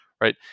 right